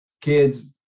kids